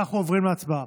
אנחנו עוברים להצבעה.